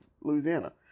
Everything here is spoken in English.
Louisiana